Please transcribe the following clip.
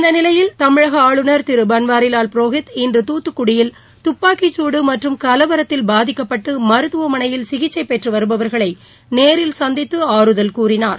இந்த நிலையில் தமிழக ஆளுநர் திரு பன்வாரிலால் புரோஹித் இன்று துத்துக்குடியில் துப்பாக்கிசூடு மற்றும் கலவரத்தில் பாதிக்கப்பட்டு மருத்துவமனையில் சிகிச்சை பெற்று வருபவர்களை நேரில் சந்தித்து ஆறுதல் கூறினார்